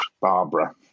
barbara